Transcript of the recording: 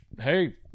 hey